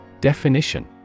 Definition